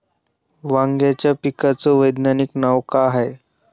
वांग्याच्या पिकाचं वैज्ञानिक नाव का हाये?